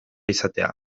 izatea